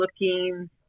looking